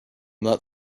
not